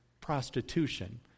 prostitution